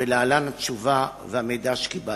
ולהלן התשובה והמידע שקיבלתי: